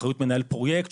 אחריות מנהל פרויקט,